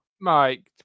Mike